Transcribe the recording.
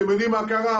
אתם יודעים מה קרה?